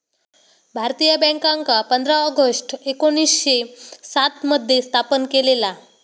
भारतीय बॅन्कांका पंधरा ऑगस्ट एकोणीसशे सात मध्ये स्थापन केलेला